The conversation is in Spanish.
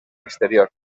exterior